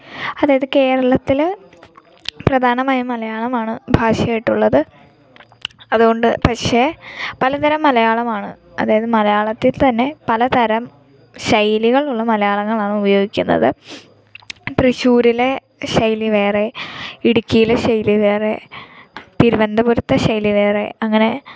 അതായത് കേരളത്തിൽ പ്രധാനമായും മലയാളമാണ് ഭാഷയായിട്ട് ഉള്ളത് അതുകൊണ്ട് പക്ഷേ പലതരം മലയാളമാണ് അതായത് മലയാളത്തിൽ തന്നെ പലതരം ശൈലികളുള്ള മലയാളങ്ങളാണ് ഉപയോഗിക്കുന്നത് തൃശ്ശൂരിലെ ശൈലി വേറെ ഇടുക്കിയിലെ ശൈലി വേറെ തിരുവനന്തപുരത്തെ ശൈലി വേറെ അങ്ങനെ